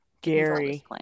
Gary